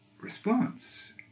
response